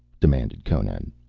demanded conan.